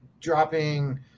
dropping